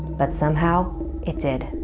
but somehow it did.